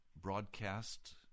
broadcast